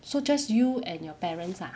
so just you and your parents ah